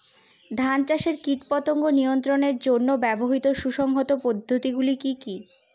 ধান চাষে কীটপতঙ্গ নিয়ন্ত্রণের জন্য ব্যবহৃত সুসংহত পদ্ধতিগুলি কি কি?